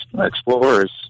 explorers